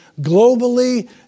globally